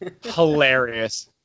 Hilarious